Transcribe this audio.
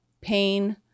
pain